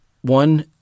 one